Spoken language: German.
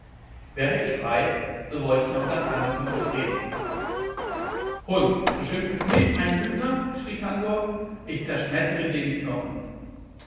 wäre ich frei so wollte ich noch ganz anders mit euch reden hund du schimpfest mich einen lügner schrie tangua ich zerschmettere dir die knochen